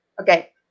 okay